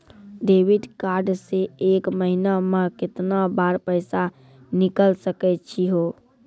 Debit card से एक महीना मा केतना बार पैसा निकल सकै छि हो?